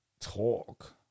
talk